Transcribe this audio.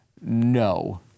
No